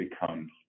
becomes